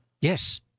Yes